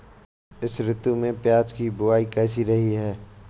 इस ऋतु में प्याज की बुआई कैसी रही है?